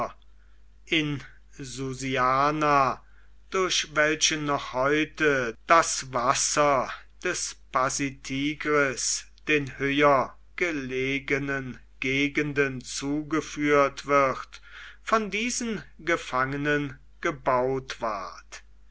durch welchen noch heute das wasser des pasitigris den höher gelegenen gegenden zugeführt wird von diesen gefangenen gebaut ward